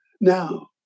Now